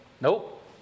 nope